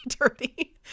dirty